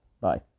Bye